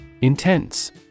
Intense